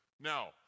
Now